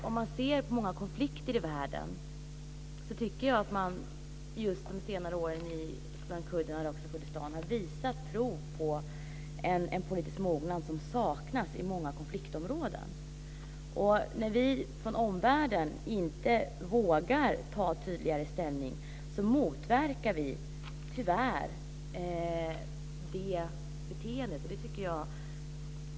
Om man jämför med många konflikter i världen tycker jag att man just de senare åren kan se att kurderna i irakiska Kurdistan har visat prov på en politisk mognad som saknas i många konfliktområden. Om vi från omvärlden inte vågar ta ställning på ett tydligare sätt motverkar vi tyvärr det beteendet.